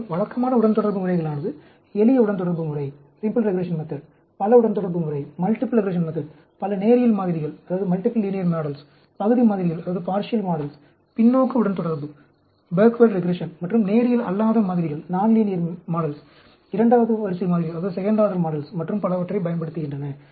மேலும் வழக்கமான உடன்தொடர்பு முறைகளானது எளிய உடன்தொடர்பு முறை பல உடன்தொடர்பு முறை பல நேரியல் மாதிரிகள் பகுதி மாதிரிகள் பின்னோக்கு உடன்தொடர்பு மற்றும் நேரியல் அல்லாத மாதிரிகள் இரண்டாவது வரிசை மாதிரிகள் மற்றும் பலவற்றைப் பயன்படுத்துகின்றன